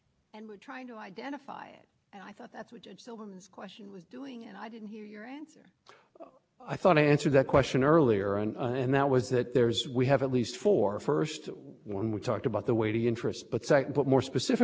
and we're trying to identify it and i thought that's what this question was doing and i didn't hear your answer i thought i answered that question earlier and that was that there is we have at least four first one we talked about the way to interest but second but more specifically